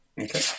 Okay